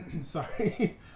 Sorry